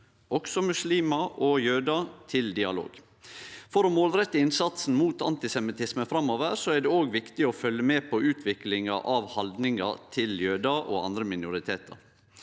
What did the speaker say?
også muslimar og jødar – til dialog. For å målrette innsatsen mot antisemittisme framover er det òg viktig å følgje med på utviklinga av haldningar til jødar og andre minoritetar.